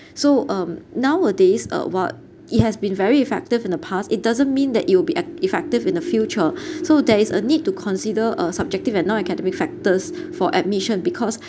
so um nowadays uh while it has been very effective in the past it doesn't mean that it will be act~ effective in the future so there is a need to consider uh subjective and non-academic factors for admission because